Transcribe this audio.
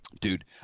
Dude